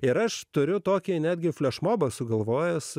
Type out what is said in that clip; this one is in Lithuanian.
ir aš turiu tokią netgi flešmobą sugalvojęs